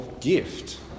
gift